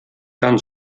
tan